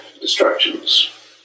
distractions